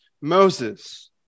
Moses